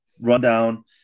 rundown